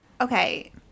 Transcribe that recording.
Okay